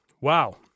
Wow